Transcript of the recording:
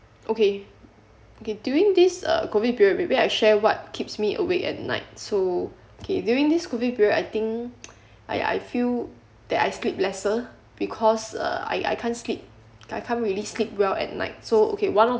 okay okay during this uh COVID period maybe I share what keeps me awake at night so okay during this COVID period I think I I feel that I sleep lesser because uh I I can't sleep I can't really sleep well at night so okay one of